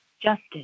justice